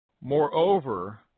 Moreover